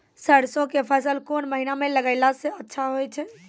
सरसों के फसल कोन महिना म लगैला सऽ अच्छा होय छै?